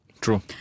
True